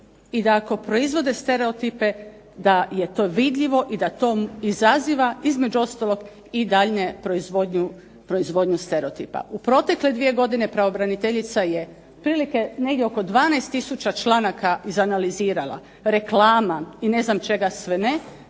i da ako proizvode stereotipe da je to vidljivo i da to izaziva između ostalog i daljnju proizvodnju stereotipa. U protekle dvije godine pravobraniteljice je otprilike negdje oko 12 tisuća članaka izanalizirala, reklama i ne znam čega sve ne